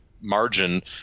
margin